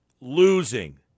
losing